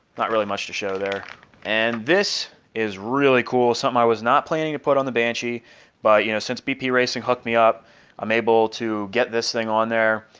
not really much to show there and this is really cool something i was not planning to put on the banshee but you know since bp racing hooked me up i'm able to get this thing on there,